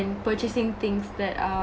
purchasing things that are